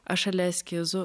aš šalia eskizų